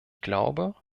glaube